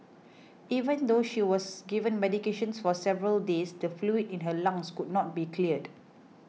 even though she was given medication for several days the fluid in her lungs could not be cleared